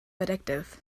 addictive